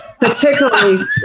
particularly